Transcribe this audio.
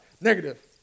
Negative